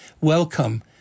welcome